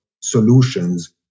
solutions